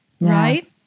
right